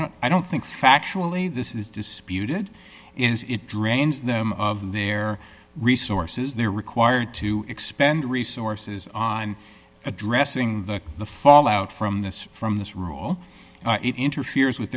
don't i don't think factually this is disputed is it drains them of their resources they're required to expend resources on addressing the fallout from this from this rule it interferes with